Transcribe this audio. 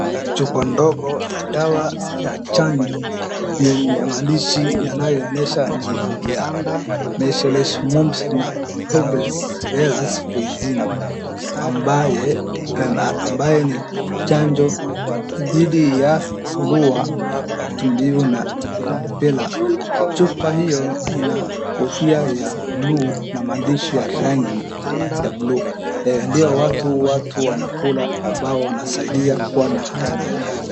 Chupa ndogo ya dawa ni chanjo ya measles momsa na rubella. Chanjo hii husaidia kinga dhidi ya surua, matumbua, na rubella. chupa hio ina kofia ya bluu na maandishi ya rangi ya bluu. Ndio watu wanakula ambao wanasaidia kua na haya na afya.